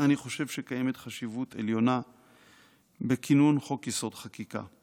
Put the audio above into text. אני חושב שקיימת חשיבות עליונה בכינון חוק-יסוד: החקיקה.